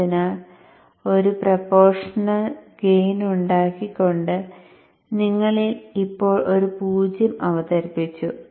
അതിനാൽ ഒരു proportional gain ഉണ്ടാക്കികൊണ്ട് നിങ്ങൾ ഇപ്പോൾ ഒരു പൂജ്യം അവതരിപ്പിച്ചു